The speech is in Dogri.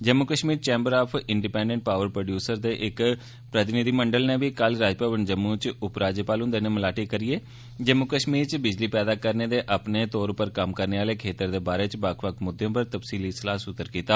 Jammu Kashmir chamber of independent power producers दे इक प्रतिनिधिमंडल नै बी कल राजभवन जम्मू च उपराज्यपाल हुंदे'नै मलाटी करियै जम्मू कष्मीर च बिजली पैदा करने दे अपने तौर पर कम्म करने आह्ले खेत्तर दे बारै च बक्ख बक्ख मुद्दें पर सलाह सुत्तर कीता